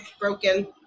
broken